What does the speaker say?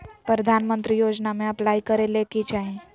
प्रधानमंत्री योजना में अप्लाई करें ले की चाही?